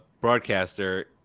broadcaster